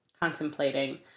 contemplating